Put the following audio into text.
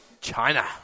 China